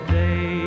day